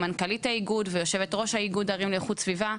מנכ"לית האיגוד ויושבת-ראש איגוד ערים לאיכות סביבה.